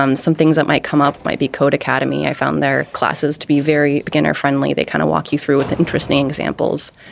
um some things that might come up might be code academy. i found their classes to be very beginner friendly. they kind of walk you through with interesting examples.